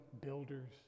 builders